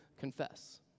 confess